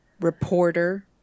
reporter